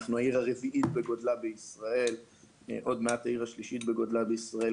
אנחנו העיר הרביעית בגודלה בישראל ועוד מעט העיר השלישית בגודלה בישראל.